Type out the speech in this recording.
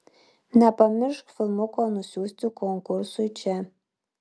nepamiršk filmuko nusiųsti konkursui čia